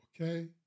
okay